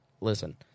listen